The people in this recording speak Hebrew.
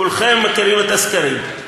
כולכם מכירים את הסקרים.